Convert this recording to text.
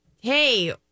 Hey